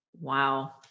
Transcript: Wow